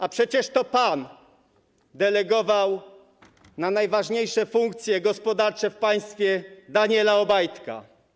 A przecież to pan delegował na najważniejsze funkcje gospodarcze w państwie Daniela Obajtka.